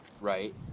right